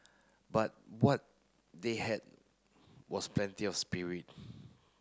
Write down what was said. but what they had was plenty of spirit